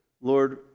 Lord